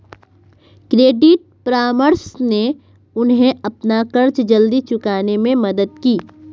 credit परामर्श ने उन्हें अपना कर्ज जल्दी चुकाने में मदद की